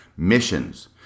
Missions